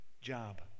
job